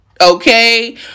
okay